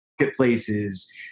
marketplaces